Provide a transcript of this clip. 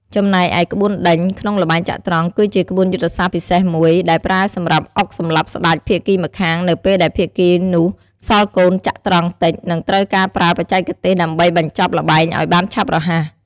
ចំណែកឯ ក្បួនដេញ ក្នុងល្បែងចត្រង្គ គឺជាក្បួនយុទ្ធសាស្ត្រពិសេសមួយ ដែលប្រើសម្រាប់អុកសម្លាប់ស្ដេចភាគីម្ខាងនៅពេលដែលភាគីនោះសល់កូនចត្រង្គតិច និងត្រូវការប្រើបច្ចេកទេសដើម្បីបញ្ចប់ល្បែងឲ្យបានឆាប់រហ័ស។